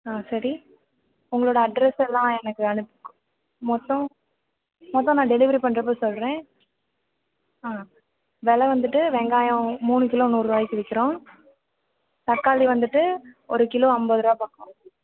ஆ சரி உங்களோடய அட்ரஸ் எல்லாம் எனக்கு அனுப்பி மொத்தம் மொத்தம் நான் டெலிவெரி பண்ணுறப்ப சொல்கிறேன் வெலை வந்துட்டு வெங்காயம் மூணு கிலோ நூறுரூவாய்க்கி விற்கிறோம் தக்காளி வந்துட்டு ஒரு கிலோ ஐம்பது ரூபா பக்கம்